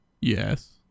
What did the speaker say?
Yes